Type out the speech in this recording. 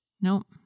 Nope